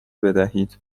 بدهید